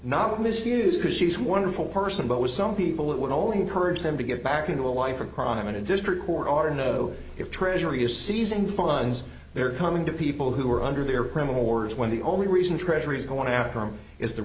not misuse because she's wonderful person but with some people it would only encourage them to get back into a life or crime in a district court order know if treasury is seizing the funds they're coming to people who are under their criminal wars when the only reason treasury is going after him is the